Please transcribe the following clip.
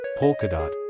Polkadot